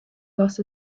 loss